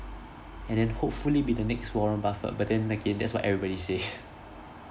and then hopefully be the next warren buffett but then again that's what everybody say